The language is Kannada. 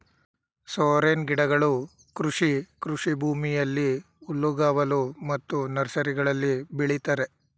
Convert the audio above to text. ಸೋರೆನ್ ಗಿಡಗಳು ಕೃಷಿ ಕೃಷಿಭೂಮಿಯಲ್ಲಿ, ಹುಲ್ಲುಗಾವಲು ಮತ್ತು ನರ್ಸರಿಗಳಲ್ಲಿ ಬೆಳಿತರೆ